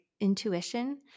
intuition